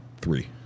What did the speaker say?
three